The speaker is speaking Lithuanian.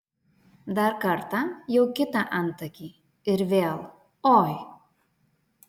dar kartą jau kitą antakį ir vėl oi